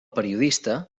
periodista